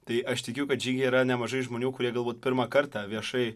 tai aš tikiu kad žygyje yra nemažai žmonių kurie galbūt pirmą kartą viešai